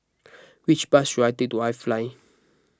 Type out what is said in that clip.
which bus should I take to iFly